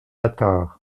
attard